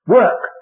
work